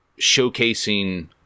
showcasing